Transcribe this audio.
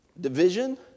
division